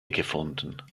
gefunden